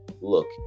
look